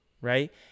right